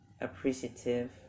appreciative